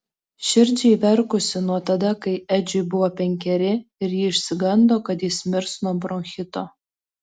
širdžiai verkusi nuo tada kai edžiui buvo penkeri ir ji išsigando kad jis mirs nuo bronchito